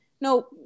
no